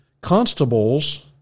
Constables